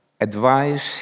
advice